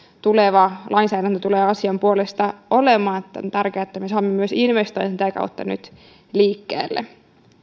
tuleva lainsäädäntö tulee asian puolesta olemaan niin että on tärkeää että me saamme myös investointeja sitä kautta nyt liikkeelle